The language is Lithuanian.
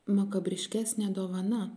makabriškesnė dovana